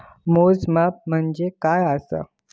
मोजमाप म्हणजे काय असा?